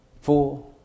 four